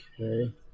Okay